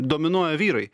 dominuoja vyrai